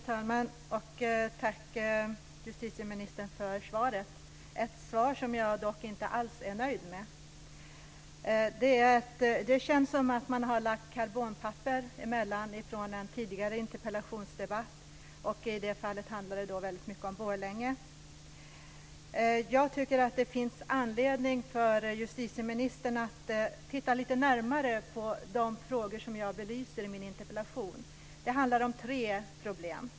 Fru talman! Tack, justitieministern, för svaret, ett svar som jag dock inte alls är nöjd med. Det känns som om man har lagt karbonpapper mellan det här svaret och svaret från en tidigare interpellationsdebatt. I det fallet handlade det väldigt mycket om Borlänge. Jag tycker att det finns anledning för justitieministern att titta lite närmare på de frågor som jag belyser i min interpellation. Det handlar om tre problem.